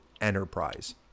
enterprise